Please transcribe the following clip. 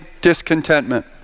discontentment